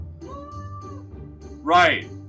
right